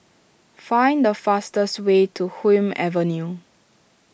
find the fastest way to Hume Avenue